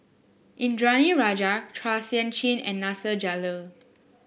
Indranee Rajah Chua Sian Chin and Nasir Jalil